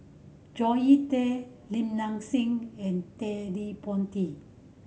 Zoe Tay Li Nanxing and Ted De Ponti